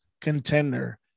contender